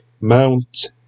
Mount